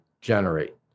generate